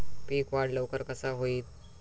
पीक वाढ लवकर कसा होईत?